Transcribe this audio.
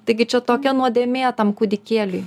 taigi čia tokia nuodėmė tam kūdikėliui